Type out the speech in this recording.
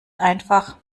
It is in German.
einfach